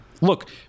Look